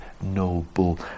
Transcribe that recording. noble